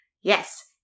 Yes